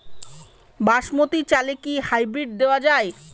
বাসমতী চালে কি হাইব্রিড দেওয়া য়ায়?